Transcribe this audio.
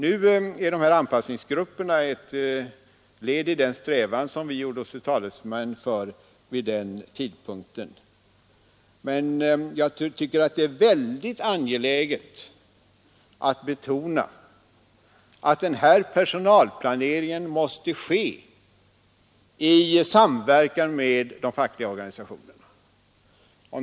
Nu är dessa anpassningsgrupper ett led i den strävan som vi gjorde oss till talesmän för vid den tidpunkten. Men jag tycker att det är angeläget att betona att personalplanering måste ske i samverkan med de fackliga organisationerna.